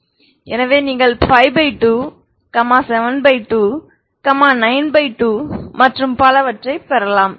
எனவே நீங்கள் 52 72 92 மற்றும் பலவற்றைப் பெறலாம்